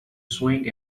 swing